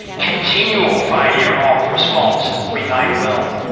continual failure of response, we may well.